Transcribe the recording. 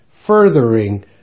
furthering